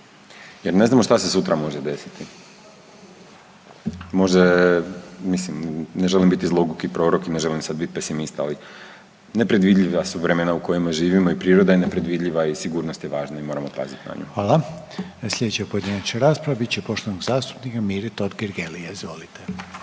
jer ne znamo šta se sutra može desiti. Može, mislim, ne želim biti zloguki prorok i ne želim sad bit pesimista, ali nepredvidljiva su vremena u kojima živimo i priroda je nepredvidljiva i sigurnost je važna i moramo paziti na nju. **Reiner, Željko (HDZ)** Hvala. Slijedeća pojedinačna rasprava bit će poštovanog zastupnika Mire Totgergelija, izvolite.